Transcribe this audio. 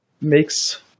makes